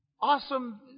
awesome